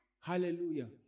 Hallelujah